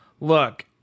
Look